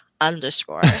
underscore